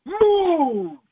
Move